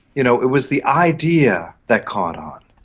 you know it was the idea that caught on.